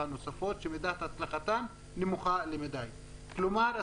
נוספות שמידת הצלחתן נמוכה למדי" כלומר,